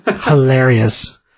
Hilarious